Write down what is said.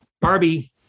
Barbie